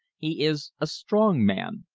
he is a strong man,